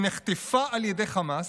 שנחטפה על ידי חמאס,